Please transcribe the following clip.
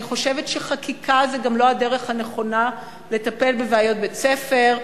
אני חושבת שחקיקה זו לא הדרך הנכונה לטפל בבעיות בית-ספר.